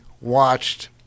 watched